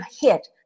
hit